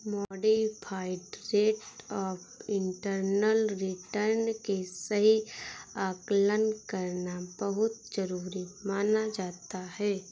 modified rate of internal return के सही आकलन करना बहुत जरुरी माना जाता है